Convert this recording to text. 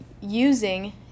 using